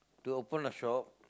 to open a shop